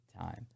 time